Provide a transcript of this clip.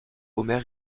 omer